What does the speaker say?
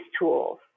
tools